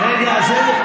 ברגע הזה?